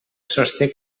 sosté